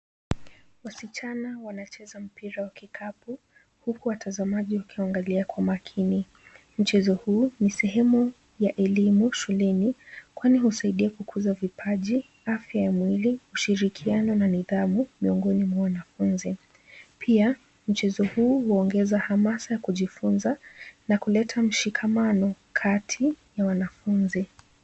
Wasichana wanacheza mpira wa kikapu huku watazamaji wakiwaangalia kwa makini. Mchezo huu ni sehemu ya elimu shuleni kwani husaidia kukuza vipaji, afya ya mwili, ushirikiano na nidhamu miongoni mwa wanafunzi pia mchezo huu huongeza hamasa ya kujifunza na kuleta mshikamano kati ya wanafunzi.